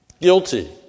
guilty